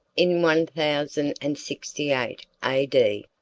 in one thousand and sixty eight a d,